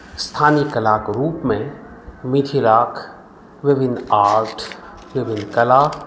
स्थानीय कलाक रूपमे मिथिलाक विभिन्न आर्ट विभिन्न कला